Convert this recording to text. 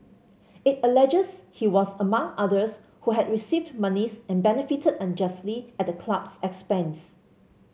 it alleges he was among others who had received monies and benefited unjustly at the club's expense